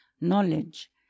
knowledge